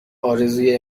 آرزوی